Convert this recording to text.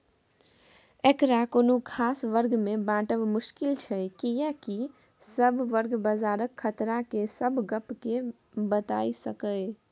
एकरा कुनु खास वर्ग में बाँटब मुश्किल छै कियेकी सब वर्ग बजारक खतरा के सब गप के बताई सकेए